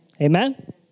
amen